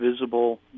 visible